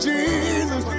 Jesus